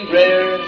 rare